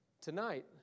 Tonight